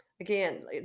again